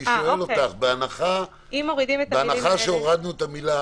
אני שואל אותך: בהנחה שהורדנו את המילה